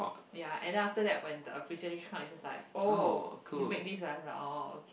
ya and then after that when the appreciation come it's just like oh you make this ah it's like oh okay